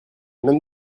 même